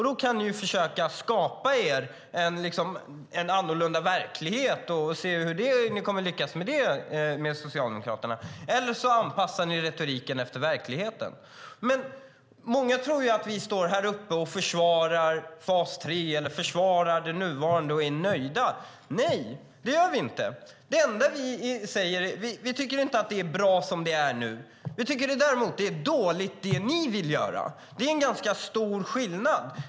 Ni kan försöka skapa er en annorlunda verklighet och se hur ni kommer att lyckas med det i Socialdemokraterna, eller så anpassar ni retoriken efter verkligheten. Många tror att vi står här uppe och försvarar fas 3 och det nuvarande och att vi är nöjda. Nej, det gör vi inte. Det enda vi säger är att vi inte tycker att det är bra som det är nu. Däremot tycker vi att det ni vill göra är dåligt. Det är en ganska stor skillnad.